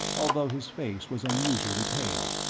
although his face was unusually pale.